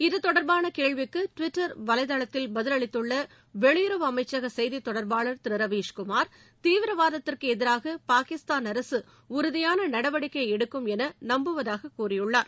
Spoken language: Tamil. இத்தொடர்பான கேள்விக்கு டுவிட்டர் வலைதளத்தில் பதிலளித்துள்ள வெளியுறவு அமைச்சக செய்தித் தொடர்பாளர் திரு ரவீஷ்குமார் தீவிரவாதத்திற்கு எதிராக பாகிஸ்தான் அரசு உறுதியான நடவடிக்கை எடுக்கும் என நம்புவதாக கூறியுள்ளார்